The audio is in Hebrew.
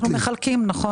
אנחנו מחלקים, נכון.